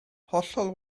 hollol